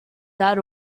that